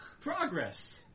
Progress